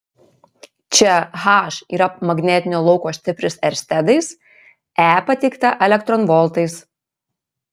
čia h yra magnetinio lauko stipris erstedais e pateikta elektronvoltais